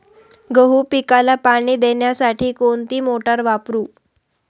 गहू पिकाला पाणी देण्यासाठी कोणती मोटार वापरू?